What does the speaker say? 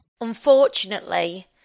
Unfortunately